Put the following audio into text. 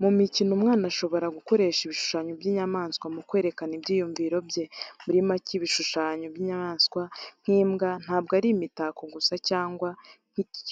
Mu mikino, umwana ashobora gukoresha ibishushanyo by'inyamaswa mu kwerekana ibyiyumviro bye. Muri make, ibishushanyo by'inyamaswa nk'imbwa ntabwo ari imitako gusa cyangwa